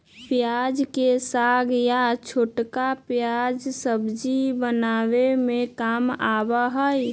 प्याज के साग या छोटका प्याज सब्जी बनावे के काम आवा हई